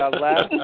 last